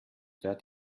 wärt